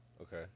Okay